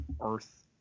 earth